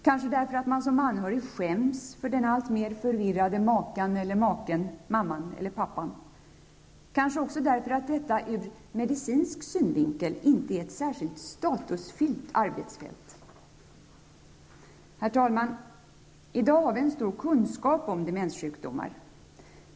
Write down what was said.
Kanske därför att man som anhörig skäms för den alltmer förvirrade makan eller maken, mamman eller pappan. Kanske också därför att detta ur medicinsk synvinkel inte är ett särskilt statusfyllt arbetsfält. Herr talman! I dag har vi en stor kunskap om demenssjukdomar.